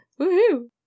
Woohoo